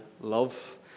Love